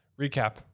Recap